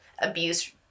abuse